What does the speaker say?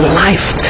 life